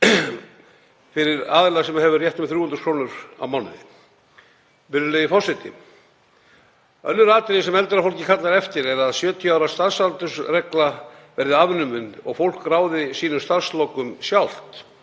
fyrir aðila sem hefur rétt um 300.000 kr. á mánuði. Virðulegi forseti. Önnur atriði sem eldra fólk kallar eftir er að 70 ára starfsaldursregla verði afnumin og að fólk ráði starfslokum sínum